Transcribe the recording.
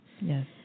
Yes